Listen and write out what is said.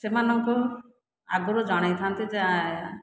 ସେମାନଙ୍କୁ ଆଗରୁ ଜଣାଇଥାନ୍ତି ଯେ